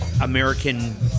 American